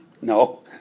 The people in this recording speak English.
No